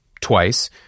twice